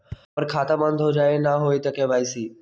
हमर खाता बंद होजाई न हुई त के.वाई.सी?